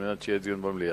על מנת שיהיה דיון במליאה.